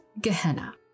Gehenna